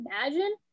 imagine